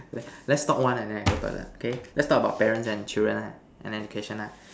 let let's talk one and then I go toilet K let's talk about parents and children ah and education ah